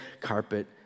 carpet